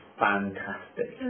fantastic